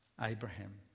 Abraham